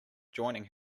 joining